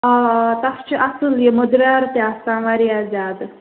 آ آ تَتھ چھِ اَصٕل یہِ مٔدرٮ۪ر تہِ آسان واریاہ زیادٕ